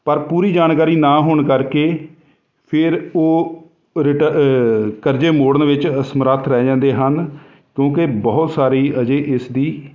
ਪਰ ਪੂਰੀ ਜਾਣਕਾਰੀ ਨਾ ਹੋਣ ਕਰਕੇ ਫਿਰ ਉਹ ਰਿਟਾ ਕਰਜ਼ੇ ਮੋੜਨ ਵਿੱਚ ਅਸਮਰੱਥ ਰਹਿ ਜਾਂਦੇ ਹਨ ਕਿਉਂਕਿ ਬਹੁਤ ਸਾਰੀ ਅਜੇ ਇਸ ਦੀ